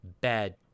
bad